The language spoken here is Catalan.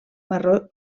marró